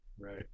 Right